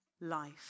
life